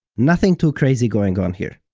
nothing too crazy going on here.